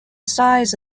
size